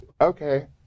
okay